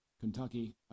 Kentucky